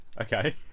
Okay